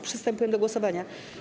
Przystępujemy do głosowania.